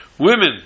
Women